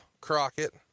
Crockett